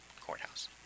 courthouse